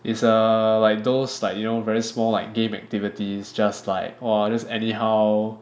it's a like those like you know very small like game activities just like !whoa! just anyhow